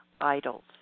idols